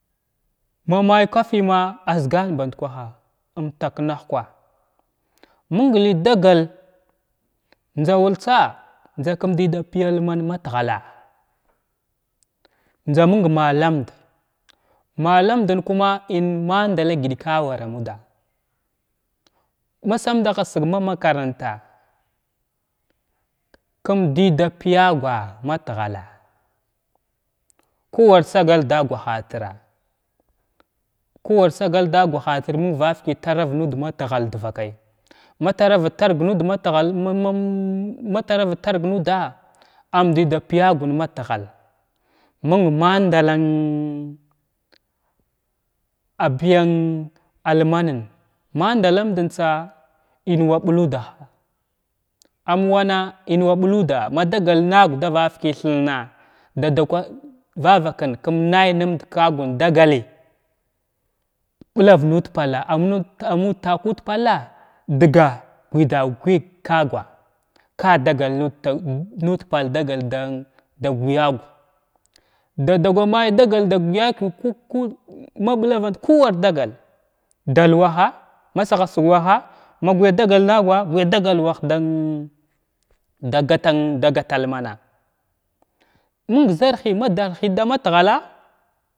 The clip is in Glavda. Ma may kafi ma agha zəgan band kwaha umtak nahkwa məng ləy dagal njza wur tsa njza kum dəda pəyalaman matghalla njzan məng mallamda mallamdən kuma in madalla gədkwa a wara muda masamdaha səg ma makaranta kum dəyda payagwa ma tghalla kuwar sagal da agwahatira’a kuwar sagal da agwalatir məng vavakakr trav nuda matghal dvakay ma travət tag nuda matghal ma-ma-matghal matrvət targ nuda’a am dəya paygwa nuda matghal məng maɗala əng opəyng almanən ma ɗalambɗan tsa imwa ɓluda am wana inwa ɓluda madagal nagwa davavak thirna dada kwan vavakən kum nay nuda ka’agwahən dagaləy blav nuda palla umud ammud palla dəgə’a gyəda gyəg ka’agwa ka dagal nud palla dagal da gyə’ agwa dada kwan may dagal da gyə’ agwa ku-ku-ku maɓlarant ku war dagal dal waha masahasig waha gyə dagal na’agwa gyə dagal wh ɗan dagata degata almana məng zarhil ma darho da mat ghalla.